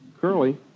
Curly